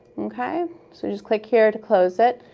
okay? so just click here to close it.